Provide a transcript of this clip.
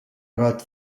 got